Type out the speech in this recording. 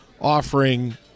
offering